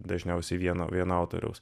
dažniausiai vieno vieno autoriaus